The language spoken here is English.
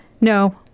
No